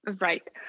Right